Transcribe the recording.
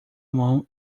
mão